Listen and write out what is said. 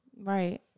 Right